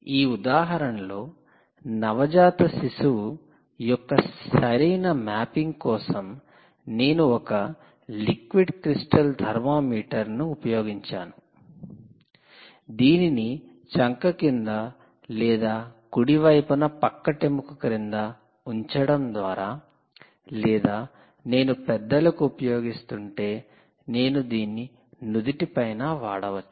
ఈ ఉదాహరణలో నవజాత శిశువు యొక్క సరైన మ్యాపింగ్ కోసం నేను ఒక లిక్విడ్ క్రిస్టల్ థర్మామీటర్ ను ఉపయోగించాను దీనిని చంక క్రింద లేదా కుడి వైపున పక్కటెముక క్రింద ఉంచడం ద్వారా లేదా నేను పెద్దలకు ఉపయోగిస్తుంటే నేను దీన్ని నుదుటి పైన వాడవచ్చు